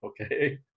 okay